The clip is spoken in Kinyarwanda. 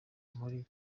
muri